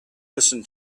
listen